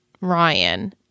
Ryan